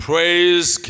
Praise